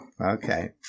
Okay